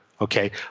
Okay